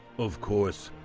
of course,